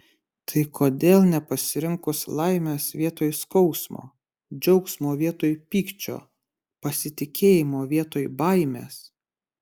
tai kodėl nepasirinkus laimės vietoj skausmo džiaugsmo vietoj pykčio pasitikėjimo vietoj baimės